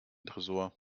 tresor